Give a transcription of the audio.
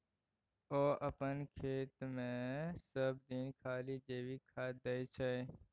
ओ अपन खेतमे सभदिन खाली जैविके खाद दै छै